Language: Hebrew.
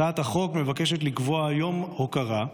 הצעת החוק מבקשת לקבוע יום הוקרה,